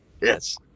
yes